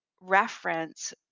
reference